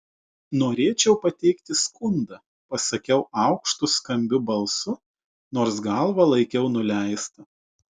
norėčiau pateikti skundą pasakiau aukštu skambiu balsu nors galvą laikiau nuleistą